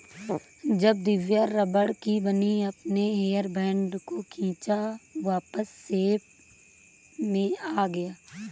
जब दिव्या रबड़ की बनी अपने हेयर बैंड को खींचा वापस शेप में आ गया